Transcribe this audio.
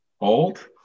hold